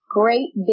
great